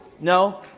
No